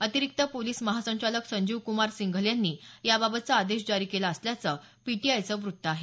अतिरिक्त पोलिस महासंचालक संजीवक्मार सिंघल यांनी याबाबतचा आदेश जारी केला असल्याचं वृत्त पीटीआयनं दिलं आहे